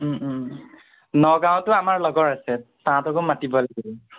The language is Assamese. নগাঁওটো আমাৰ লগৰ আছে তাহাঁতকো মাতিব লাগিব